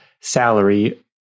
salary